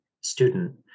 student